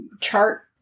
chart